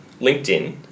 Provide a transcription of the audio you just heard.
LinkedIn